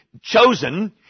chosen